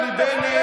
אתה איש של בושה.